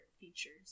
features